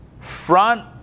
front